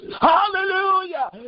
Hallelujah